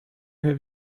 have